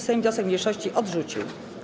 Sejm wniosek mniejszości odrzucił.